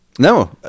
No